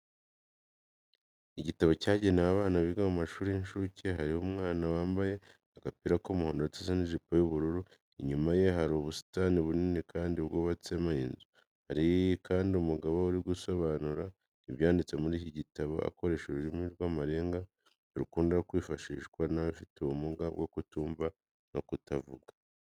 Igitabo cyagenewe abana biga mu mashuri y'incuke, hariho umwana wambaye agapira k'umuhondo ndetse n'ijipo y'ubururu, inyuma ye hari ubusitani bunini kandi bwubatsemo inzu. Hari kandi umugabo uri gusobanura ibyanditse muri iki gitabo akoresha ururimi rw'amarenga rukunda kwifashishwa n'abafite ubumuga bwo kutumva no ku kutavuga.